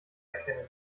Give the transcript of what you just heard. erkennen